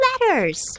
letters